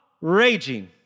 raging